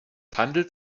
handelt